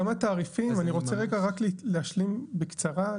אני רוצה רגע רק להשלים בקצרה.